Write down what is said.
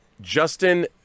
Justin